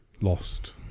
lost